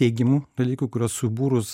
teigiamų dalykų kuriuos subūrus